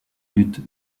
luttes